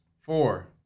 Four